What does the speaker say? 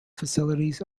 facilities